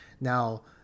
now